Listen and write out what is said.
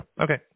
Okay